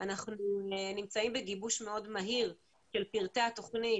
אנחנו נמצאים בגיבוש מאוד מהיר של פרטי התוכנית,